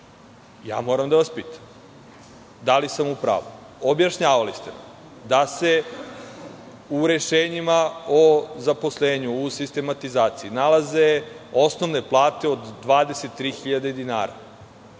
Moram da vas pitam da li sam u pravu. Objašnjavali ste nam da se u rešenjima o zaposlenju i u sistematizaciji nalaze osnovne plate od 23.000 dinara,